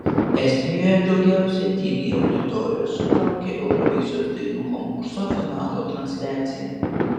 estijoje daugiausiai tv auditorijos sutraukė eurovizijos dainų konkurso finalo transliacija